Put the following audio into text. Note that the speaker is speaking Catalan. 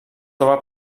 troba